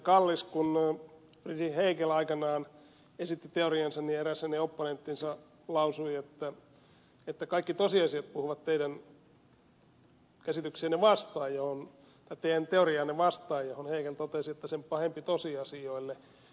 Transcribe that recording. kallis kun hegel aikanaan esitti teoriansa niin eräs hänen opponenttinsa lausui että kaikki tosiasiat puhuvat teidän käsityksiänne ja teidän teoriaanne vastaan johon hegel totesi että sen pahempi tosiasioille